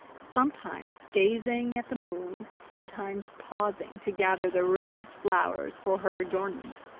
sometimes gazing at the moon, sometimes pausing to gather the rarest flowers for her adornment.